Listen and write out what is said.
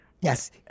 yes